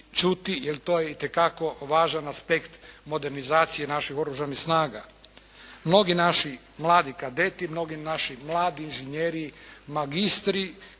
jer to je itekako važan aspekt modernizacije naših Oružanih snaga. Mnogi naši mladi kadeti, mnogi naši mladi inžinjeri, magistri